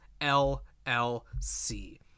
LLC